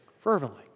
Fervently